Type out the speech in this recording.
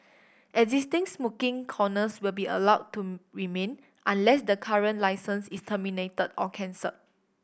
existing smoking corners will be allowed to remain unless the current licence is terminated or cancelled